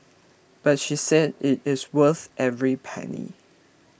but she said it is worth every penny